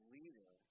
leader